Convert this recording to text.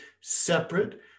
separate